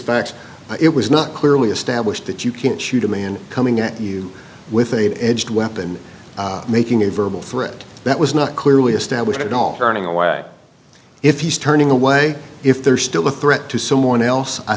fact it was not clearly established that you can't shoot a man coming at you with a edged weapon making a verbal threat that was not clearly established at all running away if he's turning away if there's still a threat to someone else i